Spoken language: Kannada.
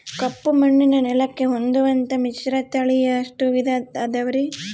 ಕಪ್ಪುಮಣ್ಣಿನ ನೆಲಕ್ಕೆ ಹೊಂದುವಂಥ ಮಿಶ್ರತಳಿ ಎಷ್ಟು ವಿಧ ಅದವರಿ?